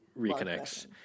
reconnects